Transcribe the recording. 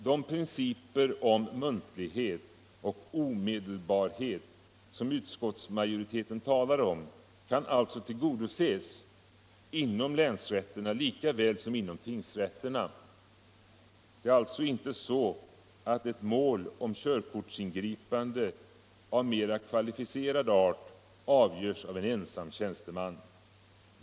De principer om muntlighet och omedelbarhet som utskottsmajoriteten talar om kan tillgodoses inom länsrätterna lika väl som inom tingsrätterna. Det är alltså inte så att ett mål om körkortsingripande av mera kvalificerad art avgörs av en ensam tjänsteman.